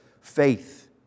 Faith